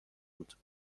بود